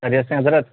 خیریت سے ہیں حضرت